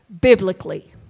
biblically